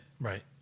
Right